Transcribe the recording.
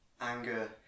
anger